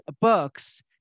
books